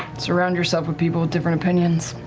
surround yourself with people with different opinions.